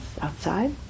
outside